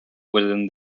within